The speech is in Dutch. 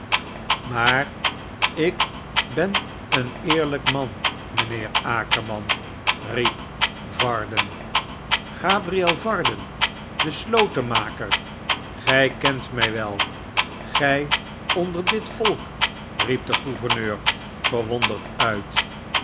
maar ik ben een eerlijk man mijnheer akerman riep varden gabriel varden de slote maker gij kent mij wel gij onder dit volk riep de gouverneur verwonderd uit